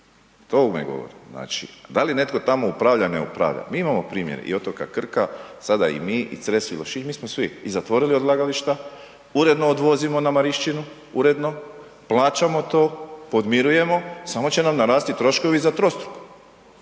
tome govorim. Znači, a da li netko tamo upravlja, ne upravlja, mi imamo primjer i otoka Krka, sada i mi i Cres i Lošinj, mi smo svi i zatvorili odlagališta, uredno odvozimo na Marišćinu, uredno, plaćamo to, podmirujemo, samo će nam narasti troškovi za trostruko.